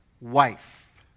wife